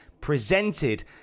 presented